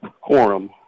quorum